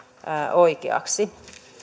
oikeaksi